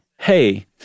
hey